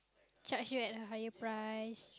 charge you at a higher price